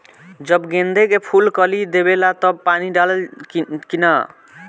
जब गेंदे के फुल कली देवेला तब पानी डालाई कि न?